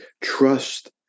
trust